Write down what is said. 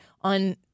on